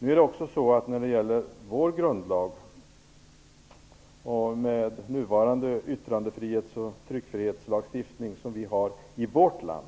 När det gäller vår grundlag -- med den yttrandefrihets och tryckfrihetslagstiftning som vi nu har i vårt land